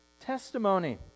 testimony